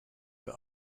were